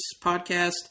podcast